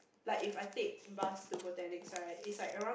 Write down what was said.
like if I take bus to botanics right it's like around